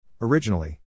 Originally